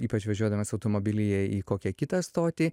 ypač važiuodamas automobilyje į kokią kitą stotį